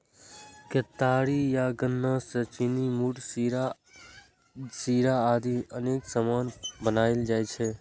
केतारी या गन्ना सं चीनी, गुड़, शीरा आदि अनेक सामान बनाएल जाइ छै